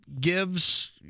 gives